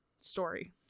story